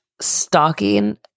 stalking